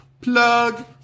Plug